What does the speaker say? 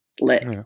let